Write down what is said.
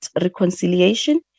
reconciliation